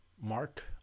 mark